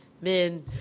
men